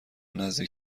نزدیک